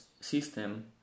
system